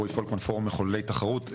רועי פולקמן פורום מחוללי תחרות.